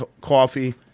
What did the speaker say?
coffee